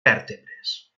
vèrtebres